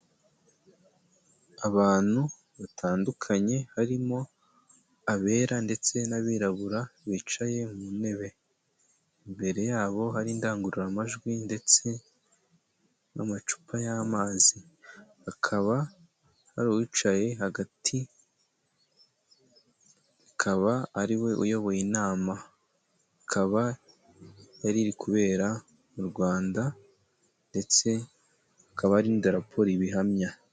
Abantu batandukanye, harimo abera ndetse n'abirabura bicaye mu ntebe, imbere yabo hari indangururamajwi, ndetse n'amacupa y'amazi, hakaba hari uwicaye hagati, akaba ari we uyoboye inama, akaba yari iri kubera mu Rwanda, ndetse hakaba hari n'idarapo ribihamya.